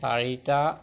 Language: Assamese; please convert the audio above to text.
চাৰিটা